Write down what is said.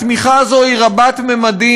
התמיכה הזאת היא רבת ממדים: